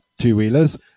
two-wheelers